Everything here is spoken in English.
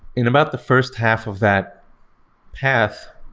in about the first half of that path,